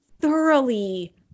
thoroughly